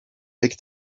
big